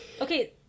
Okay